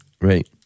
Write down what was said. Right